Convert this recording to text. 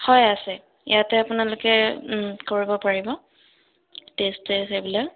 হয় আছে ইয়াতে আপোনালোকে কৰিব পাৰিব টেষ্ট চেষ্ট এইবিলাক